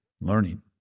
learning